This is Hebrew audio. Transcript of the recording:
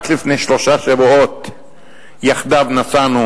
רק לפני שלושה שבועות יחדיו נסענו